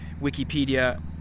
Wikipedia